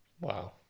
wow